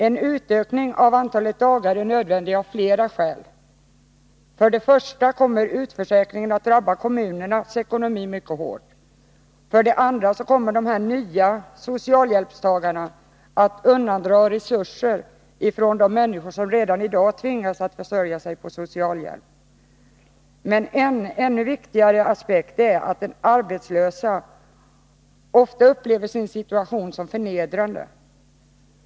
En utökning av antalet dagar är nödvändig av flera skäl. För det första kommer utförsäkringen att drabba kommunernas ekonomi mycket hårt. För det andra kommer de ”nya” socialhjälpstagarna att undandra resurser från de människor som redan i dag tvingas försörja sig på socialhjälp. Men en ännu viktigare aspekt är att den arbetslöse ofta upplever sin situation som förnedrande.